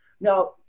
Now